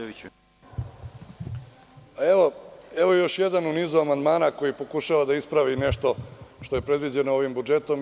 Evo još jedan u nizu amandmana koji pokušava da ispravi nešto što je predviđeno ovim budžetom.